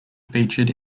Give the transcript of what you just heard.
featured